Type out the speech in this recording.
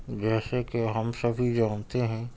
جیسے کہ ہم سبھی جانتے ہیں